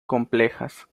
complejas